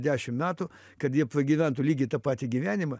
dešim metų kad jie pragyventų lygiai tą patį gyvenimą